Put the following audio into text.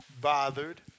bothered